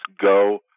go